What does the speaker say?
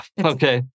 okay